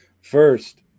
First